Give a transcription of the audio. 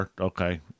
okay